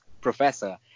professor